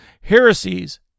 heresies